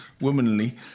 womanly